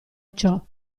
ciò